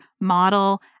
model